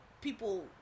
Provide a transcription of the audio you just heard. people